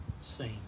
seen